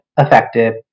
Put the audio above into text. effective